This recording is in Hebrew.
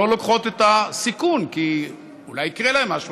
הן לא לוקחות את הסיכון, כי אולי יקרה להם משהו.